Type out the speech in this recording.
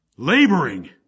Laboring